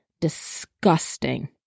disgusting